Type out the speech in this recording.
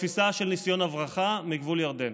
תפיסה של ניסיון הברחה מגבול ירדן,